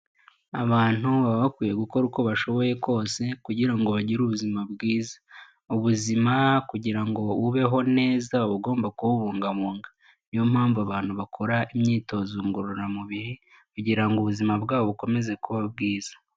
Abantu baba bakwiye gukora uko bashoboye kose kugira ngo bagire ubuzima bwiza. Ubuzima kugira ngo ubeho neza uba ugomba kubungabunga. Niyo mpamvu abantu bakora imyitozo ngororamubiri, kugira ngo ubuzima bwabo bukomeze kuba bwiza.